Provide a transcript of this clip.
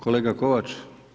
Kolega Kovač.